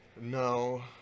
No